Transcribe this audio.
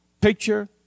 picture